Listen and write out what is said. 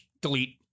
Delete